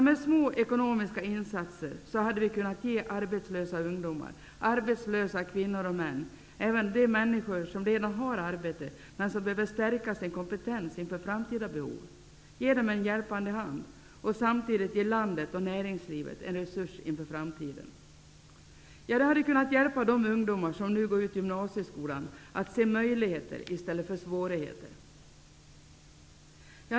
Med små ekonomiska insatser hade vi kunnat ge arbetslösa ungdomar, kvinnor och män samt även de människor som redan har arbete, men som behöver stärka sin kompetens inför framtida behov, en hjälpande hand samtidigt som landet och näringslivet hade getts en resurs inför framtiden. Det hade kunnat hjälpa de ungdomar som nu går ut gymnasieskolan att se möjligheter i stället för svårigheter.